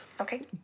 Okay